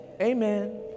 Amen